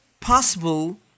possible